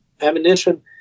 ammunition